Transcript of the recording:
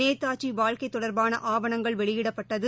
நேதாஜிவாழ்க்கைதொடர்பானஆவணங்கள் வெளியிடப்பட்டது